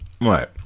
right